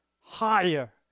higher